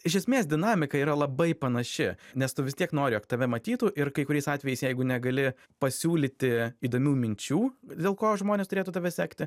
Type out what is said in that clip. iš esmės dinamika yra labai panaši nes tu vis tiek nori jog tave matytų ir kai kuriais atvejais jeigu negali pasiūlyti įdomių minčių dėl ko žmonės turėtų tave sekti